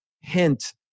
hint